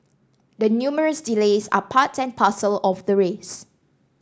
the numerous delays are part and parcel of the race